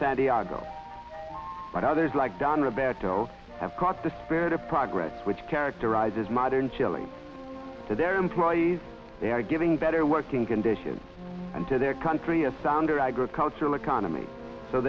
santiago but others like don roberto have caught the spirit of progress which characterizes modern chile for their employees they are giving better working conditions and to their country a sounder agricultural economy so